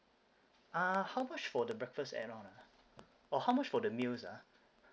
ah how much for the breakfast add on ah or how much for the meals ah